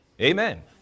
Amen